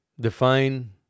Define